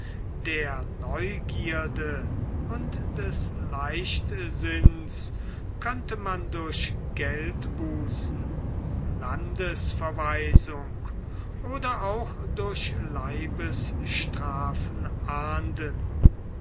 der neugierde und des leichtsinns könnte man durch geldbußen landesverweisung oder auch durch leibesstrafen ahnden